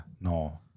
No